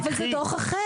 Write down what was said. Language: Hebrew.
אבל זה דוח אחר.